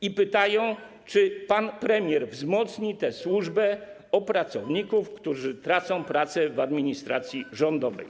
I pytają: Czy pan premier wzmocni tę służbę o pracowników, którzy tracą pracę w administracji rządowej?